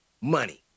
money